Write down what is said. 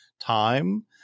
time